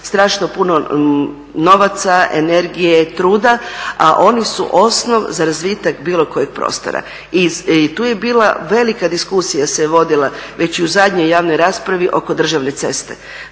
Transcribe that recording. strašno puno novaca, energije, truda, a oni su osnov za razvitak bilo kojeg prostora. I tu je bila velika diskusija se vodila već i u zadnjoj javnoj raspravi oko državne cesta,